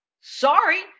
Sorry